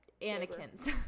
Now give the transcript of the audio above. Anakin's